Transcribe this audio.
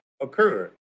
occurred